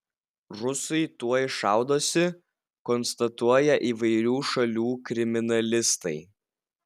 rusai tuoj šaudosi konstatuoja įvairių šalių kriminalistai